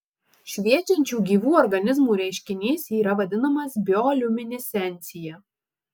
šviečiančių gyvų organizmų reiškinys yra vadinamas bioliuminescencija